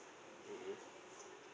mmhmm